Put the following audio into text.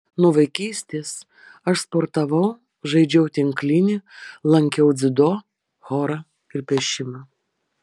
nuo vaikystės aš sportavau žaidžiau tinklinį lankiau dziudo chorą ir piešimą